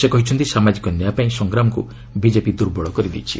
ସେ କହିଛନ୍ତି ସାମାଜିକ ନ୍ୟାୟ ପାଇଁ ସଂଗ୍ରାମକୁ ବିଜେପି ଦୂର୍ବଳ କରିଦେଇଛି